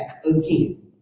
again